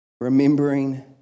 Remembering